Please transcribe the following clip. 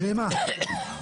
ערמה.